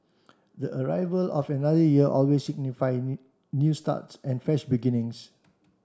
the arrival of another year always signifies new starts and fresh beginnings